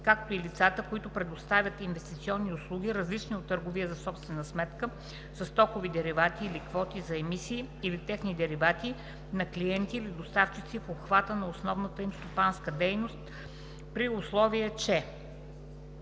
както и лицата, които предоставят инвестиционни услуги, различни от търговия за собствена сметка, със стокови деривати или квоти за емисии или техни деривати, на клиенти или доставчици в обхвата на основната им стопанска дейност, при условие